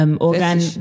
organ